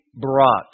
brought